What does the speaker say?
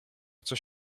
coś